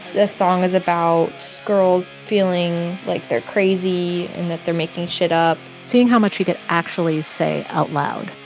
this song is about girls feeling like they're crazy and that they're making shit up seeing how much she could actually say out loud.